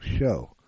show